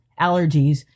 allergies